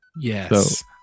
Yes